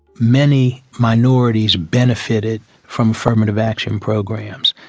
many minorities benefited from affirmative action programs,